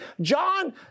John